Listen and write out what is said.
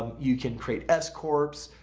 you can create escorps.